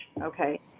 Okay